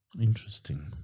Interesting